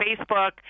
facebook